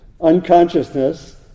Unconsciousness